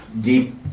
deep